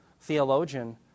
theologian